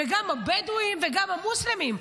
וגם הבדואים וגם המוסלמים.